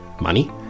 money